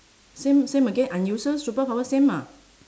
same same again unusual superpower same ah